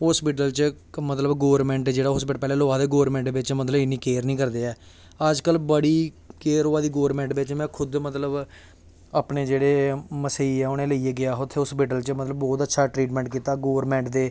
hospital च मतलब government जेह्ड़ा हस्पिटल पैह्लें लोग आखदे हे गौरमैंट बिच्च मतलब इन्नी केयर निं करदे ऐ अज्जकल बड़ी केयर होआ दी गौरमैंट बिच्च में खुद मतलब अपने जेह्ड़े मसेइया उनेंगी लेइयै गेआ हा उत्थें हास्पिटल च मतलब बौह्त अच्छा ट्रीटमैंट कीता हा गौरमैंट दे